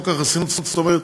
זאת אומרת,